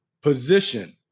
position